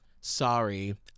sorry